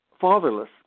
fatherless